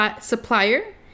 supplier